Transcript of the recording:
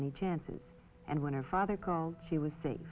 any chances and when her father called she was sa